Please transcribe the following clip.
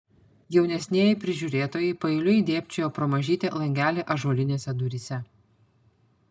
jaunesnieji prižiūrėtojai paeiliui dėbčiojo pro mažytį langelį ąžuolinėse duryse